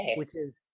which is,